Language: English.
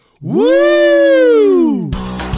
Woo